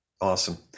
Awesome